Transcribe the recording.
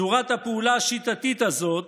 צורת הפעולה השיטתית הזאת